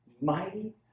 mighty